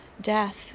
death